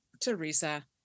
Teresa